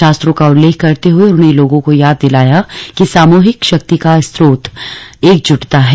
शास्त्रों का उल्लेख करते हुए उन्होंने लोगों को याद दिलाया कि सामूहिक शक्ति का स्रोत एकजुटता है